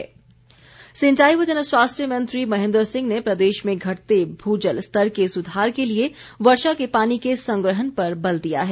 महेन्द्र सिंह सिंचाई व जनस्वास्थ्य मंत्री महेन्द्र सिंह ने प्रदेश में घटते भू जल स्तर के सुधार के लिए वर्षा के पानी के संग्रहण पर बल दिया है